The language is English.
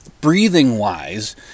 breathing-wise